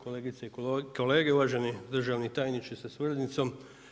Kolegice i kolege, uvaženi državni tajniče sa suradnicom.